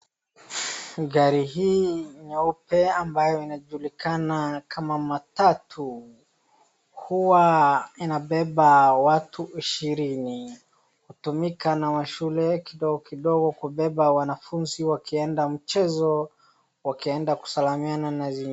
Gari hii nyeupe ambayo inajulikana kama matatu huwa inabeba watu ishirini. Inatumika na mashule kidogo kidogo kubeba wanafunzi wakienda mchezo, wakienda kusalimiana na